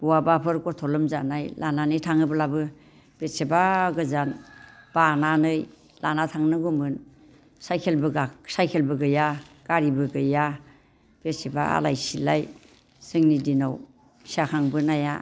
बहाबाफोर गथ' लोमजानाय लानानै थाङोब्लाबो बेसेबा गोजान बानानै लाना थांनांगौमोन साइकेलबो गैया गारिबो गैया बेसेबा आलाय सिलाय जोंनि दिनाव फिसा खांबोनाया